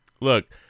look